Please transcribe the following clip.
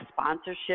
sponsorship